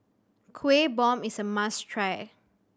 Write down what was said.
Kueh Bom is a must try